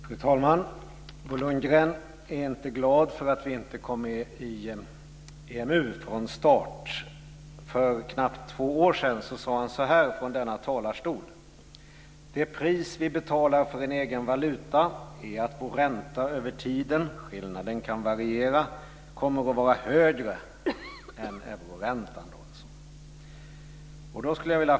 Fru talman! Bo Lundgren är inte glad över att vi inte kom med i EMU från starten. För knappt två år sedan sade han i denna talarstol: Det pris vi betalar för en egen valuta är att vår ränta över tiden - skillnaden kan variera - kommer att vara högre än euroländernas.